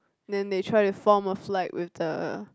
then they try to form a slide with the